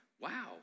Wow